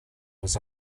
was